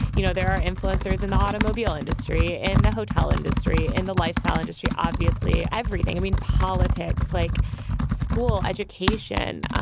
you know, there are influencers in the automobile industry and the hotel industry and the lifestyle industry. obviously, everything. i mean, politics, like school education,